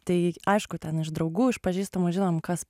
tai aišku ten iš draugų iš pažįstamų žinom kas